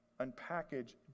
unpackage